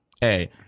hey